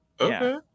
okay